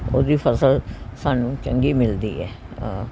ਉਹਦੀ ਫਸਲ ਸਾਨੂੰ ਚੰਗੀ ਮਿਲਦੀ ਹੈ